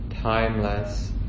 Timeless